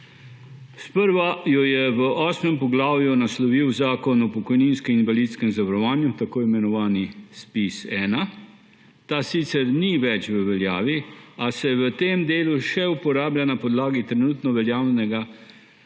Sprva jo je v osmem poglavju naslovil Zakon o pokojninskem in invalidskem zavarovanju, tako imenovani ZPIZ-1. Ta sicer ni več v veljavi, a se v tem delu še uporablja na podlagi trenutno veljavnega